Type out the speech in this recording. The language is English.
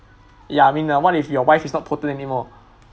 ya I mean what if your wife is not procreate anymore